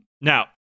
Now